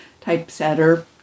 typesetter